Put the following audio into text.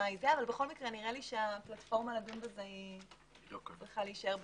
נראה לי שהפלטפורמה לדון בזה צריכה להישאר בממשלה.